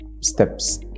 steps